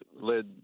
led